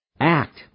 act